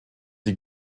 die